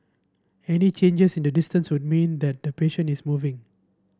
any changes in the distance would mean that the patient is moving